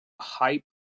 hype